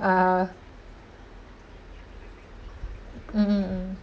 uh mm mm